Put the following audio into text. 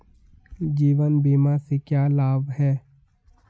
जीवन बीमा से क्या लाभ हैं?